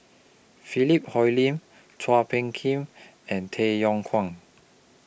Philip Hoalim Chua Phung Kim and Tay Yong Kwang